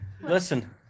Listen